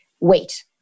wait